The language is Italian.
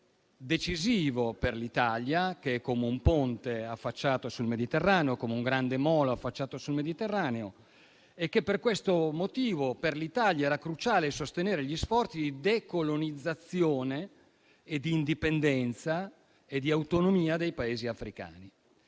decisivo per l'Italia, che è come un ponte, un grande molo affacciato sul Mediterraneo e che, per questo motivo, per l'Italia era cruciale sostenere gli sforzi di decolonizzazione, di indipendenza e di autonomia dei Paesi africani.